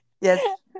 yes